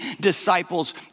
disciples